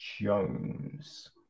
Jones